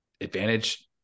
advantage